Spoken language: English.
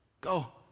Go